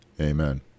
Amen